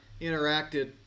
interacted